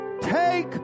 take